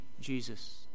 Jesus